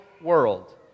world